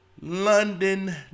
London